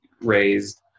raised